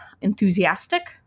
enthusiastic